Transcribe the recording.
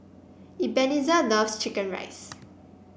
Ebenezer loves chicken rice